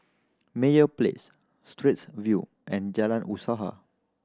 Meyer Place Straits View and Jalan Usaha